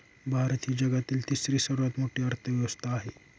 भारत ही जगातील तिसरी सर्वात मोठी अर्थव्यवस्था आहे